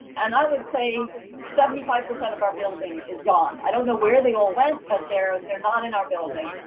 and i would say seventy five percent of our building is gone. i don't know where they all went but they're they're not in our building.